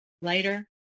later